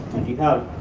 if you have